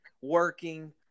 working